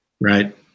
Right